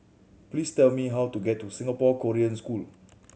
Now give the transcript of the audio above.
please tell me how to get to Singapore Korean School